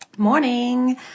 morning